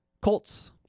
Colts